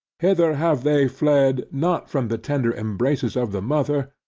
hither have they fled, not from the tender embraces of the mother,